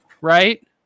Right